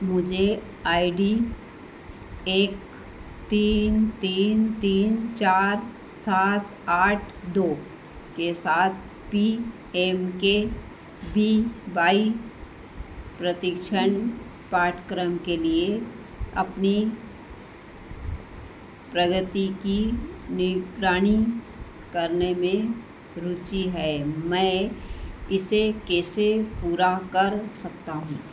मुझे I D एक तीन तीन तीन चार सात आठ दो के साथ P M K V Y प्रतिक्षण पाठ्यक्रम के लिए अपनी प्रगति की निगरानी करने में रुचि है मैं इसे कैसे पूरा कर सकता हूँ